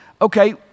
Okay